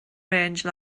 range